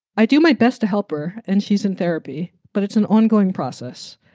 i do my best to help her and she's in therapy. but it's an ongoing process.